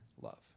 love